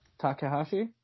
Takahashi